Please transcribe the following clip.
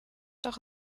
doch